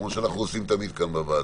כמו שאנחנו עושים תמיד כאן בוועדה.